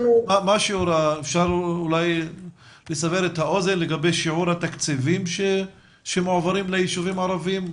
אפשר אולי לסבר את האוזן לגבי שיעור התקציבים שמועברים לישובים הערבים?